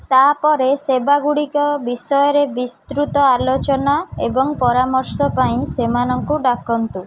ତାପରେ ସେବାଗୁଡ଼ିକ ବିଷୟରେ ବିସ୍ତୃତ ଆଲୋଚନା ଏବଂ ପରାମର୍ଶ ପାଇଁ ସେମାନଙ୍କୁ ଡ଼ାକନ୍ତୁ